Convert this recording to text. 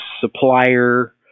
supplier